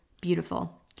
beautiful